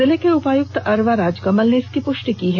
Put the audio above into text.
जिले के उपायुक्त अरवा राजकमल ने इसकी पृष्टि की है